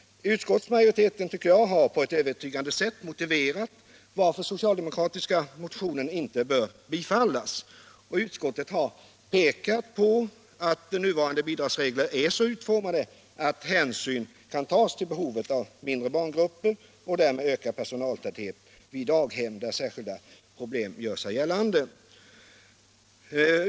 Utskottsmajoriteten har på ett övertygande sätt, tycker jag, motiverat varför den socialdemokratiska motionen inte bör bifallas. Utskottet har pekat på att nuvarande bidragsregler är så utformade att hänsyn kan tas till behovet av mindre barngrupper och därmed ökad personaltäthet vid daghem där särskilda problem gör sig gällande.